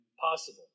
possible